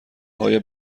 های